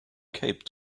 cape